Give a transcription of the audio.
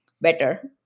better